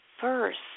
first